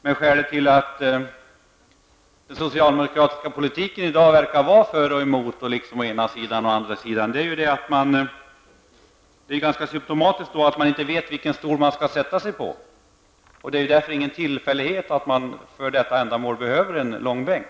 Men den socialdemokratiska politiken i dag verkar vara både för och emot -- å ena sidan, å andra sidan. Det är ju ganska symptomatiskt att man inte vet vilken stol man skall stå på. Det är därför ingen tillfällighet att man för detta ändamål behöver en långbänk.